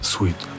Sweet